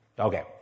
Okay